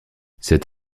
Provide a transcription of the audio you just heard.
cet